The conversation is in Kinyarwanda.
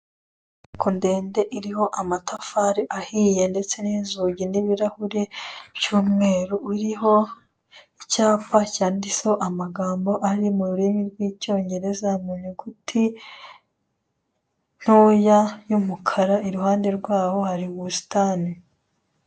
Inyubako ndende iriho amatafari ahiye ndetse n'inzugi n'ibirahure by'umweru uriho icyapa cyanditseho amagambo ari m'ururimi rw'icyogereza mu nyuguti ntoya y'umukara iruhande rwaho hari m'ubusitani.